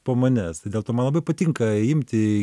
po manęs dėl to man labai patinka imti